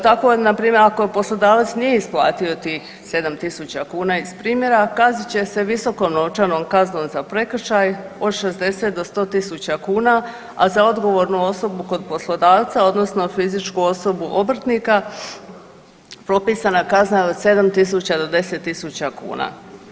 Tako npr. ako poslodavac nije isplatio tih 7.000 kuna iz primjera, kaznit će se visokom novčanom kaznom za prekršaj od 60 do 100.000 kuna, a za odgovornu osobu kod poslodavca odnosno fizičku osobu obrtnika propisana je kazna od 7.000 do 10.000 kuna.